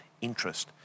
interest